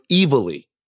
evilly